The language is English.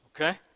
okay